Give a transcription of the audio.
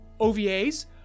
OVAs